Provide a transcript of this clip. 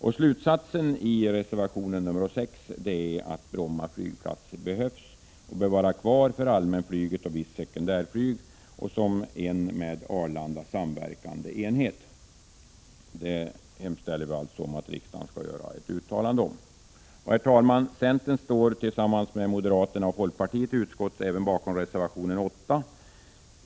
Slutsatsen i reservation nr 6 är att Bromma flygplats behövs och bör vara kvar för allmänflyget, för visst sekundärflyg och som en med Arlanda samverkande enhet. Vi hemställer att riksdagen skall göra ett uttalande om detta. Herr talman! Centern står tillsammans med moderaterna och folkpartisterna i utskottet även bakom reservationen 8.